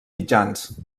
mitjans